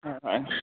হয় হয়